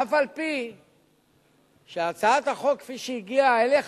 ואף-על-פי שהצעת החוק, כפי שהיא הגיעה אליך,